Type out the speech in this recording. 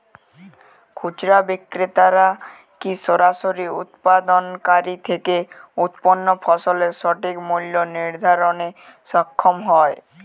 খুচরা বিক্রেতারা কী সরাসরি উৎপাদনকারী থেকে উৎপন্ন ফসলের সঠিক মূল্য নির্ধারণে সক্ষম হয়?